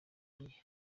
gihe